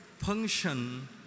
function